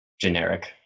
generic